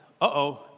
uh-oh